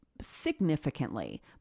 significantly